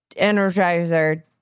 Energizer